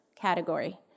category